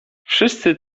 wszyscy